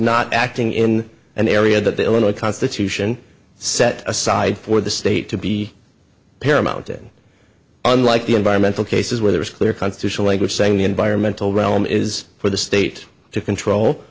not acting in an area that the illinois constitution set aside for the state to be paramount in unlike the environmental cases where there is clear constitutional language saying the environmental realm is for the state to control